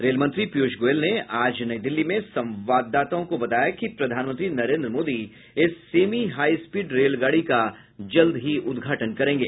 रेलमंत्री पीयूष गोयल ने आज नई दिल्ली में संवाददाताओं को बताया कि प्रधानमंत्री नरेन्द्र मोदी इस सेमी हाई स्पीड रेलगाडी का जल्द ही उद्घाटन करेंगे